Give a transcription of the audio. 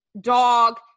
dog